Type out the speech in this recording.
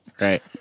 Right